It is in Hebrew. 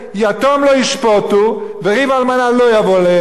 "יתום לא ישפֹטו וריב אלמנה לא יבוא אליהם",